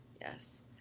Yes